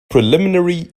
preliminary